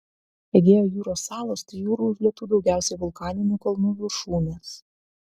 egėjo jūros salos tai jūrų užlietų daugiausiai vulkaninių kalnų viršūnės